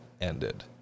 ended